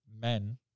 men